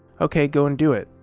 okay, go and do it.